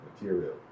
material